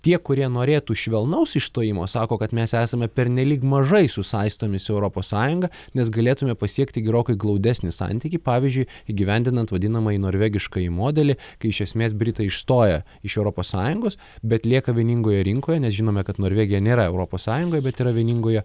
tie kurie norėtų švelnaus išstojimo sako kad mes esame pernelyg mažai susaistomi su europos sąjunga nes galėtume pasiekti gerokai glaudesnį santykį pavyzdžiui įgyvendinant vadinamąjį norvegiškąjį modelį kai iš esmės britai išstoja iš europos sąjungos bet lieka vieningoje rinkoje nes žinome kad norvegija nėra europos sąjungoje bet yra vieningoje